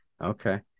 Okay